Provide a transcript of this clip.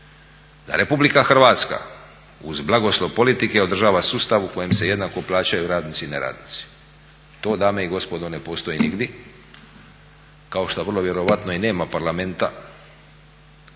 da Republika Hrvatska uz blagoslov politike održava sustav u kojem se jednako plaćaju radnici i neradnici. To dame i gospodo ne postoji nigdje kao što vrlo vjerovatno i nema parlamenta